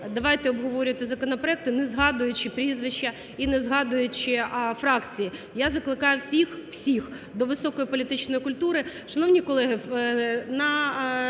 давайте оговорювати законопроекти, не згадуючи прізвища і не згадуючи фракції. Я закликаю всіх... всіх до високої політичної культури.